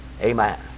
Amen